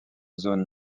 zone